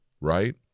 right